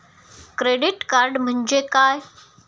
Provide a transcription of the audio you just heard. Credit card म्हणजे काय?